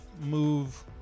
move